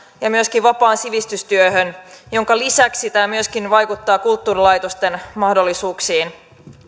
ja myöskin vapaaseen sivistystyöhön minkä lisäksi tämä myöskin vaikuttaa kulttuurilaitosten mahdollisuuksiin